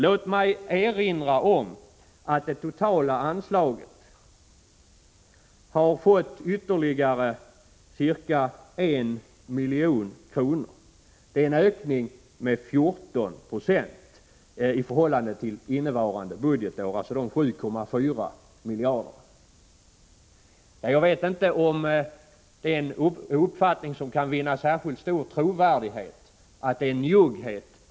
Låt mig erinra om att det totala anslaget har fått ytterligare ca 1 milj.kr. De 7,4 milj.kr. som anslaget omfattar innebär en ökning med 14 4 i förhållande till innevarande budgetår. Jag vet inte om uppfattningen att det är en njugghet att öka anslaget med 14 96 kan vinna särskilt stor trovärdighet; jag tror det knappast.